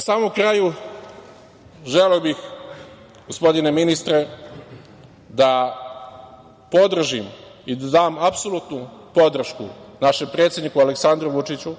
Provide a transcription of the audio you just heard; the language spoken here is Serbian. samom kraju želeo bih, gospodine ministre, da podržim i da dam apsolutnu podršku našem predsedniku Aleksandru Vučiću,